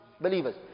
believers